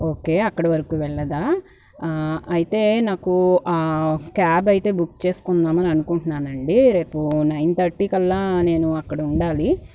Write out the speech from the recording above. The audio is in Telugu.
ఓకే అక్కడ వరకు వెళ్లదా అయితే నాకు ఆ క్యాబ్ అయితే బుక్ చేసుకుందాం అనుకుంటున్నానండి రేపు నైన్ థర్టీ కల్లా నేను అక్కడ ఉండాలి